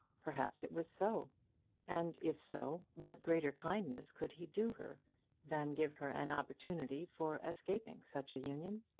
perhaps it was so and if so, what greater kindness could he do her than give her an opportunity for escaping such a union?